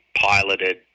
piloted